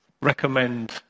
recommend